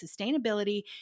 sustainability